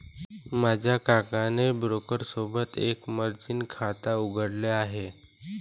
माझ्या काकाने ब्रोकर सोबत एक मर्जीन खाता उघडले आहे